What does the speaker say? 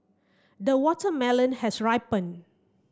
the watermelon has ripened